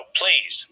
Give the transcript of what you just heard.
please